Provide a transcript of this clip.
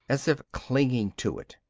as if clinging to it.